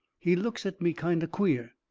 he looks at me kind of queer.